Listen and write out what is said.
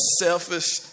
selfish